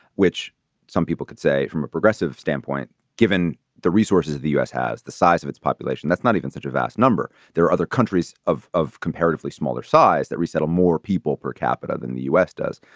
which some people could say from a progressive standpoint, given the resources of the u s. has the size of its population, that's not even such a vast number. there are other countries of of comparatively smaller size that resettle more people per capita than the u s. does.